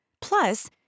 Plus